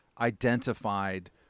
identified